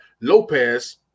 Lopez –